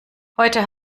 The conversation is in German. heute